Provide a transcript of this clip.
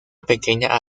pequeña